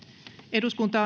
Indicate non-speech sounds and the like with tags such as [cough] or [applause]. eduskunta [unintelligible]